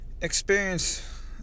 experience